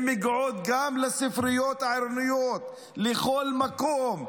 הם מגיעים גם לספריות העירוניות, לכל מקום.